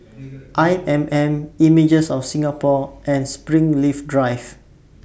I M M Images of Singapore and Springleaf Drive